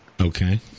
Okay